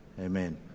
Amen